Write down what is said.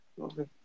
Okay